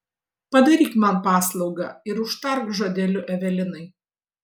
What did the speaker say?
padaryk man paslaugą ir užtark žodeliu evelinai